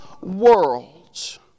worlds